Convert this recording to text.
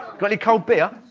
got any cold beer?